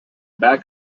back